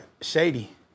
shady